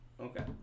Okay